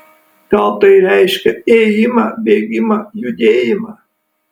gal tai reiškia ėjimą bėgimą judėjimą